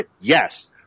yes